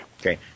Okay